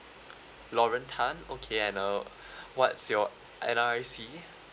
lauren tan okay and uh what's your N_R_I_C